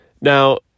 Now